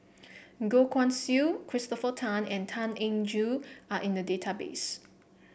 Goh Guan Siew Christopher Tan and Tan Eng Joo are in the database